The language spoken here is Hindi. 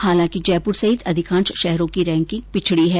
हालांकि जयपुर सहित अधिकांश शहरों की रैंकिंग पिछडी है